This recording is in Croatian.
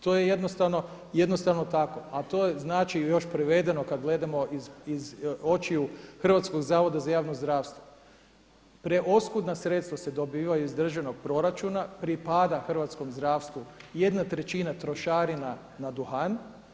To je jednostavno tako, a to znači još prevedeno kad gledamo iz očiju Hrvatskog zavoda za javno zdravstvo preoskudna sredstva se dobivaju iz državnog proračuna pripada hrvatskom zdravstvu jedna trećina trošarina na duhan.